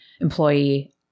employee